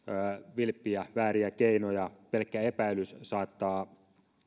vilppiä vääriä keinoja pelkkä epäilys saattaa